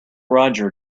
roger